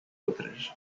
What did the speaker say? outras